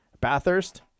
Bathurst